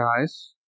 guys